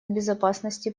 безопасности